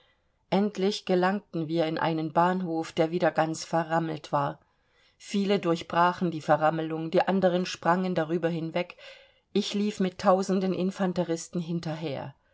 endlich gelangten wir in einen bahnhof der wieder ganz verrammelt war viele durchbrachen die verrammlung die anderen sprangen darüber hinweg ich lief mit tausenden infanteristen hinterher